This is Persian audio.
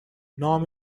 نام